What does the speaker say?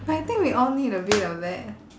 like I think we all need a bit of that